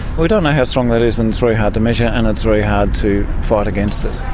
we don't know how strong that is and it's very hard to measure and it's very hard to fight against it.